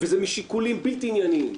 וזה משיקולים בלתי ענייניים,